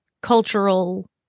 cultural